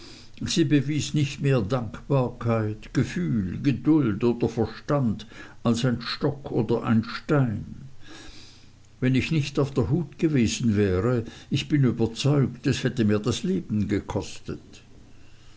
bewies nicht mehr dankbarkeit gefühl geduld oder verstand als ein stock oder ein stein wenn ich nicht auf der hut gewesen wäre ich bin überzeugt es hätte mir das leben gekostet